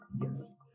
yes